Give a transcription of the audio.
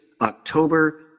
October